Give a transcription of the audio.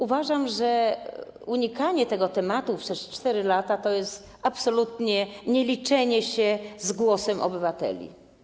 Uważam, że unikanie tego tematu przez 4 lata to jest absolutnie nieliczenie się z głosem obywateli.